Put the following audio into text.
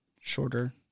shorter